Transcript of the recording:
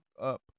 up